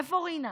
איפה רינה?